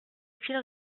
était